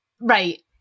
Right